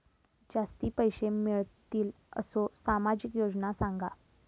जास्ती पैशे मिळतील असो सामाजिक योजना सांगा?